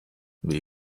wie